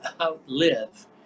outlive